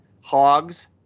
Hogs